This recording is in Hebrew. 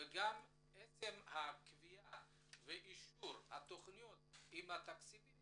וגם עצם הקביעה ואישור התכניות והתקציבים